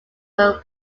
will